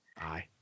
Aye